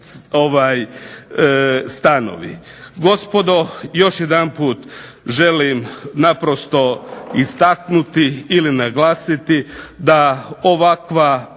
stanovi. Gospodo, još jedanput želim naprosto istaknuti ili naglasiti da ovakva